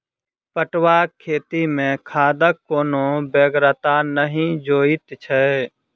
पटुआक खेती मे खादक कोनो बेगरता नहि जोइत छै